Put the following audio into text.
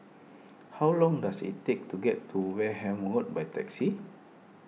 how long does it take to get to Wareham Road by taxi